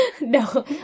No